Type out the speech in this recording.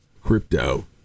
Crypto